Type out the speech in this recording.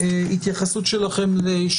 התופעה או